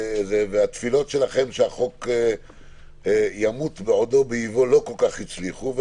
התפילות שלכם שהחוק ימות בעודו באיבו לא כל כך הצליחו.